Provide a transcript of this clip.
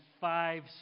five